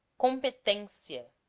competencia